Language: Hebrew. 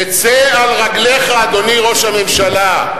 תצא על רגליך, אדוני ראש הממשלה.